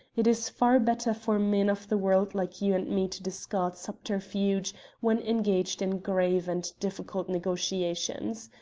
it is far better for men of the world like you and me to discard subterfuge when engaged in grave and difficult negotiations.